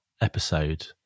episode